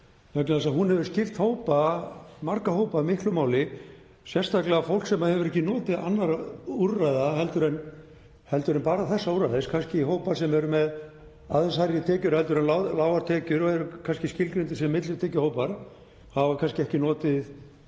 að hún hefur skipt marga hópa miklu máli, sérstaklega fólk sem hefur ekki notið annarra úrræða en bara þessa úrræðis, kannski hópa sem eru með aðeins hærri tekjur en lágar tekjur og eru kannski skilgreindir sem millitekjuhópar og hafa kannski ekki notið